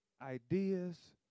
ideas